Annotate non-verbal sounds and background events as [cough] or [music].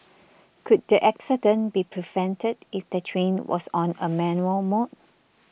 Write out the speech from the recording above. [noise] could the accident be prevented if the train was on a manual mode